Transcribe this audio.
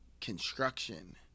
construction